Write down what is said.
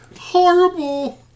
Horrible